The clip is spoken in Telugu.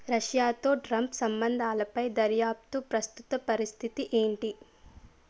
రష్యాతో ట్రంప్ సంబంధాలపై దర్యాప్తు ప్రస్తుత పరిస్థితి ఏంటి